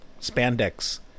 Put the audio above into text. spandex